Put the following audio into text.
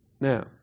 Now